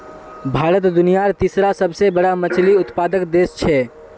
भारत दुनियार तीसरा सबसे बड़ा मछली उत्पादक देश छे